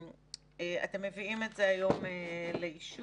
אתם מביאים את זה היום לאישור.